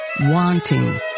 Wanting